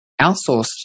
outsourced